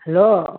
hello